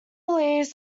leaves